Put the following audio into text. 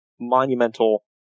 monumental